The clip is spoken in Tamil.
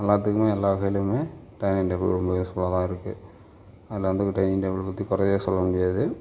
எல்லாத்துக்கும் எல்லா வகையிலுமே டைனிங் டேபிள் ரொம்ப யூஸ் ஃபுல்லாகதான் இருக்குது டைனிங் டேபிள் பற்றி குறையே சொல்ல முடியாது